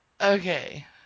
Okay